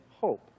hope